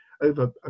over